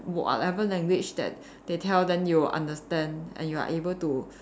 whatever language that they tell then you will understand and you are able to